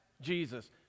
Jesus